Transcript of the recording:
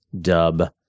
dub